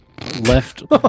left